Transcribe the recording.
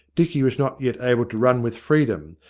dicky was not yet able to run with freedom,